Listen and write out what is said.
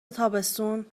تابستون